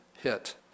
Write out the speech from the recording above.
hit